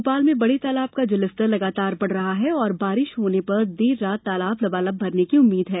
भोपाल में बड़े तालाब का जलस्तर लगातार बढ़ रहा है और बारिश होने पर देर रात तालाब लबालब भरने की उम्मीद है